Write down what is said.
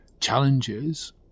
challenges